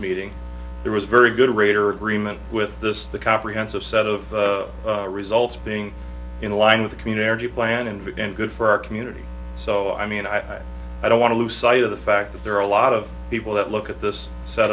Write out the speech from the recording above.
meeting there was a very good rater agreement with this the comprehensive set of results being in line with the community plan involved and good for our community so i mean i i don't want to lose sight of the fact that there are a lot of people that look at this set